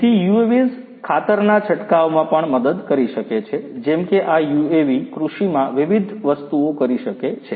તેથી UAVs ખાતરના છંટકાવમાં પણ મદદ કરી શકે છે જેમ કે આ યુએવી કૃષિમાં વિવિધ વસ્તુઓ કરી શકે છે